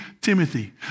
Timothy